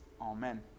Amen